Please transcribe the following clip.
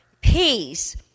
peace